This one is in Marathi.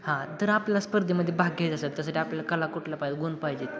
हां तर आपल्या स्पर्धेमध्ये भाग घ्यायचं असेल त्यासाठी आपल्याला कला कुठलं पाहिजे गुण पाहिजेत